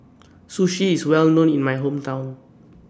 Sushi IS Well known in My Hometown